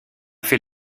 fait